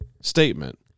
statement